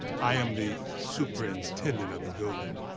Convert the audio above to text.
i am the superintendent of the building.